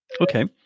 Okay